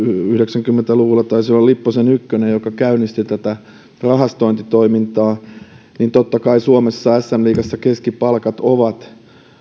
yhdeksänkymmentä luvulla taisi olla lipposen ykkönen joka käynnisti tätä rahastointitoimintaa ja totta kai suomessa sm liigassa keskipalkat ovat